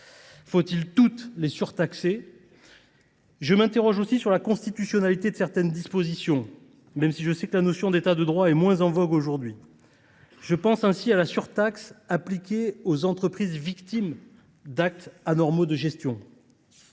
Faut il toutes les surtaxer ? Je m’interroge aussi sur la constitutionnalité de certaines dispositions, même si je sais que la notion d’État de droit est moins en vogue aujourd’hui ! Je pense, ainsi, à la surtaxe appliquée aux entreprises victimes d’actes anormaux de gestion.